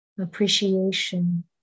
Appreciation